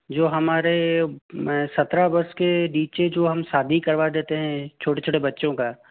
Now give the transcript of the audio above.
जो हमारे सत्रह वर्ष के नीचे जो हम शादी करवा देते हैं छोटे छोटे बच्चों का